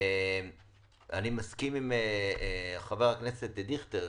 אני מסכים עם חבר הכנסת דיכטר,